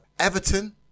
Everton